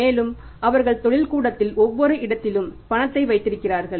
மேலும் அவர்கள் தொழில்கூடத்தில் ஒவ்வொரு இடத்திலும் பணத்தை வைத்திருக்கிறார்கள்